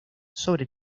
sobre